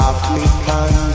African